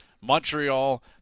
Montreal